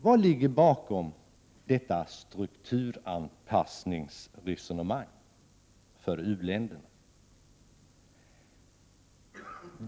Vad ligger bakom detta strukturanpassningsresonemang för u-länder?